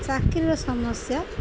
ଚାକିରିର ସମସ୍ୟା